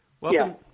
Welcome